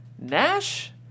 Nash